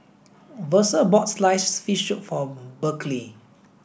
Versa bought sliced fish soup for Berkley